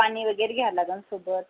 पाणी वगैरे घ्यावं लागन सोबत